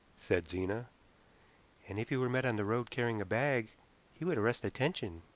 said zena, and if he were met on the road carrying a bag he would arrest attention.